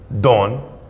dawn